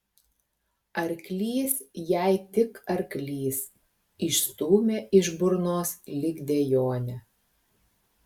arklys jai tik arklys išstūmė iš burnos lyg dejonę